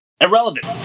irrelevant